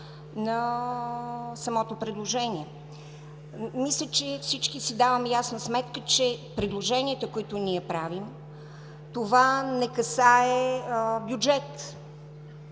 на самото предложение? Мисля, че всички си даваме ясна сметка, че предложенията, които ние правим, това не касае бюджет,